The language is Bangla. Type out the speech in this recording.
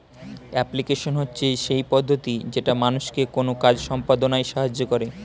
অ্যাপ্লিকেশন হচ্ছে সেই পদ্ধতি যেটা মানুষকে কোনো কাজ সম্পদনায় সাহায্য করে